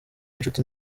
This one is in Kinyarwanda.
inshuti